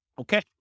Okay